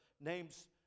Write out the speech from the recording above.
names